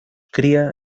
cría